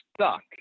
stuck